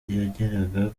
yageraga